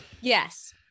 yes